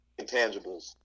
intangibles